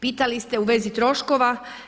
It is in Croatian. Pitali ste u vezi troškova.